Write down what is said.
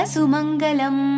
Sumangalam